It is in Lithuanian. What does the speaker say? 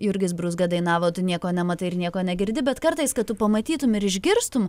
jurgis brūzga dainavo tu nieko nematai ir nieko negirdi bet kartais kad tu pamatytum ir išgirstum